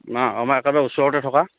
ন আমাৰ একেবাৰে ওচৰতে থকা